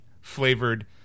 flavored